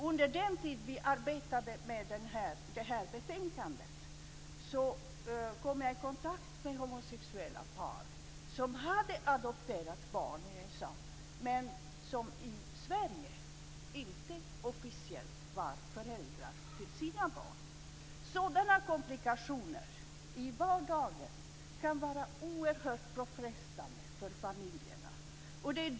Under den tid då vi arbetade med det här betänkandet kom jag i kontakt med homosexuella par som hade adopterat barn i USA men som i Sverige officiellt inte var föräldrar till sina barn. Sådana komplikationer i vardagen kan vara oerhört påfrestande för familjerna.